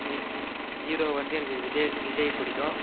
we hero வந்து எனக்கு விஜய் விஜய் பிடிக்கும்